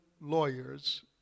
lawyers